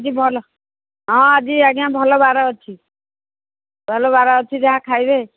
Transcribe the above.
ଆଜି ଭଲ ହଁ ଆଜି ଆଜ୍ଞା ଭଲ ବାର ଅଛି ଭଲ ବାର ଅଛି ଯାହା ଖାଇବେ